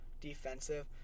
Defensive